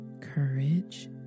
courage